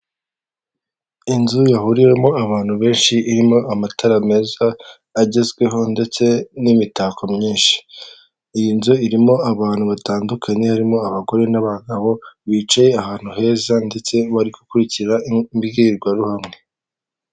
Inzu yahuriwemo abantu benshi irimo amatara meza agezweho, ndetse n'imitako myinshi. Iyi nzu irimo abantu batandukanye, harimo abagore n'abagabo bicaye ahantu heza, ndetse bari gukurikira imbwirwaruhame.